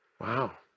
wow